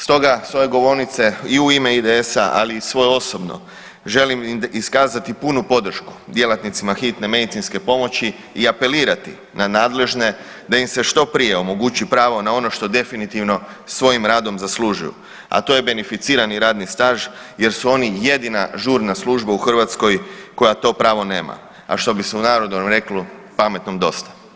Stoga sa ove govornice i u ime IDS-a, ali i svoje osobno želim iskazati punu podršku djelatnicima hitne medicinske pomoći i apelirati na nadležne da im se što prije omogući pravo na ono što definitivno svojim radom zaslužuju, a to je beneficirani radni staž jer su oni jedina žurna služba u Hrvatskoj koja to pravo nema a što bi se u narodu reklo pametnom dosta.